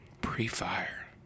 Pre-fire